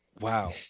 Wow